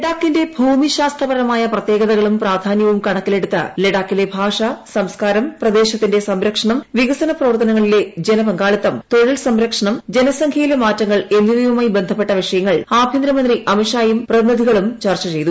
ലഡാക്കിന്റെ ഭൂമിശാസ്ത്രപരമായ പ്രത്യേകതകളും പ്രാധാന്യവും കണക്കിലെടുത്ത് ലഡാക്കിലെ ഭാഷ സംസ്കാരം പ്രദേശത്തിന്റെ സംരക്ഷണം വികസന പ്രവർത്തനങ്ങളിലെ ജന പങ്കാളിത്തം തൊഴിൽ സംരക്ഷണം ജനസംഖ്യയിലെ മാറ്റങ്ങൾ എന്നിവയുമായി ബന്ധപ്പെട്ട വിഷയങ്ങൾ ആഭ്യന്തരമന്ത്രി അമിത് ഷായും പ്രതിനിധികളും ചർച്ച ചെയ്തു